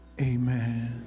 amen